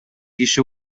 киши